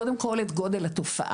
קודם כל את גודל התופעה,